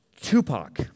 Tupac